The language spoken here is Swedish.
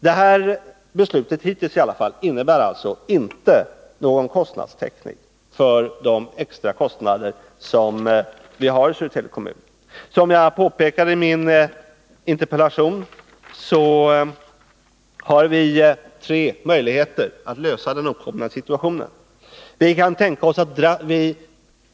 Det beslut som budgetministern redovisar innebär inte någon täckning för de extra kostnader som Södertälje kommun har. Som jag påpekat i min interpellation finns det tre möjligheter att lösa det uppkomna problemet.